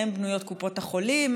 מהם בנויות קופות החולים,